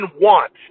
want